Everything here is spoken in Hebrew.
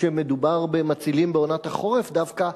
שמדובר במצילים בעונת החורף דווקא,